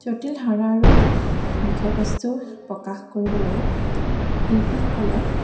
জটিল ধাৰণা আৰু বিষয়বস্তু প্ৰকাশ কৰিবলৈ শিল্পীসকলে